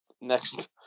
next